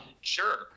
sure